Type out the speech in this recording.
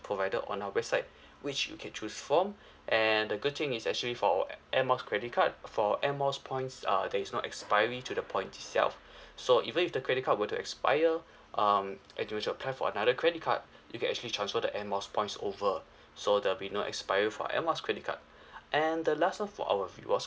provided on our website which you can choose from and the good thing is actually for airmiles credit card for air miles points err there is no expiry to the points itself so even if the credit card were to expire um and you were to apply for another credit card you can actually transfer the airmiles points over so there'll be no expiry for air miles credit card and the last one for our rewards